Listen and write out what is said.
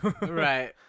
right